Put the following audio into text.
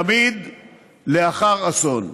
תמיד לאחר אסון.